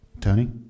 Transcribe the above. Tony